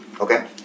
Okay